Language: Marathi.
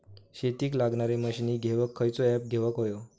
शेतीक लागणारे मशीनी घेवक खयचो ऍप घेवक होयो?